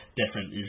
different